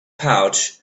pouch